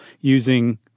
using